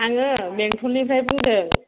आङो बेंटलनिफ्राय बुंदों